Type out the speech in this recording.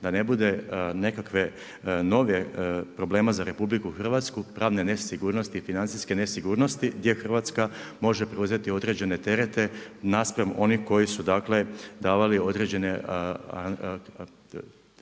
da ne bude nekakve novih problema za RH, pravne nesigurnosti i financijske nesigurnosti, gdje Hrvatska može preuzeti određene terete naspram onih koji su dakle, davali određene